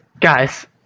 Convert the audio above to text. Guys